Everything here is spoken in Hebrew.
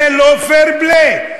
זה לא fair play.